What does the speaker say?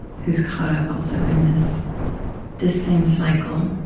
who's caught up also in this this same cycle,